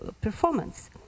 performance